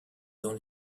dans